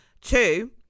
Two